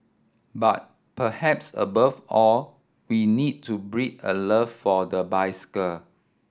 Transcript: but perhaps above all we need to breed a love for the bicycle